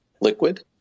Liquid